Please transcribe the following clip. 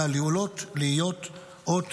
ועלולות להיות אות מתה.